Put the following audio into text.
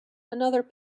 another